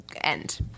end